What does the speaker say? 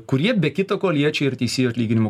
kurie be kita ko liečia ir teisėjų atlyginimų